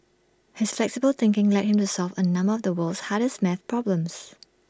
his flexible thinking led him to solve A number of the world's hardest math problems